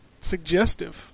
suggestive